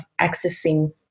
accessing